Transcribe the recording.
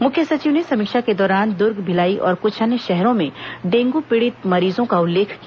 मुख्य सचिव ने समीक्षा के दौरान दुर्ग भिलाई और कुछ अन्य शहरों में डेंगू पीड़ित मरीजों का उल्लेख किया